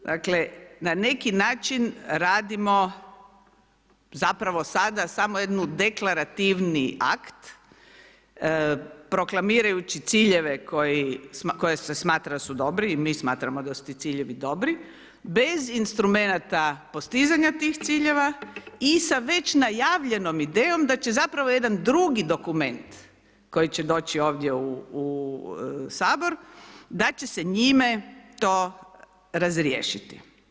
Dakle, na neki način radimo, zapravo, sada samo jednu deklarativni akt, proklamirajući ciljeve koje se smatra da su dobri i mi smatramo da su ti ciljevi dobri, bez instrumenata postizanja tih ciljeva i sa već najavljenom idejom da će, zapravo, jedan drugi dokument, koji će doći ovdje u Sabor, da će se njime to razriješiti.